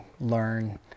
learn